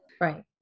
Right